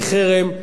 מחרם,